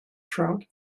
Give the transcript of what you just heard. trout